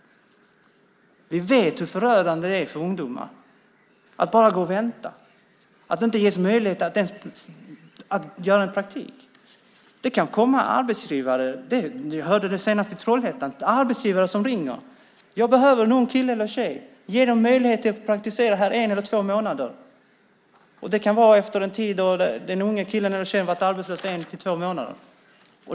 Vi vet hur förödande det är för ungdomar att bara gå och vänta, att inte ens ges möjlighet att göra praktik. Det finns arbetsgivare, som senast i Trollhättan, som ringer och säger: Jag behöver en ung kille eller tjej. Ge dem möjlighet att praktisera här en eller två månader. Det kan vara efter en tid då den unga killen eller tjejen varit arbetslös i en till två månader.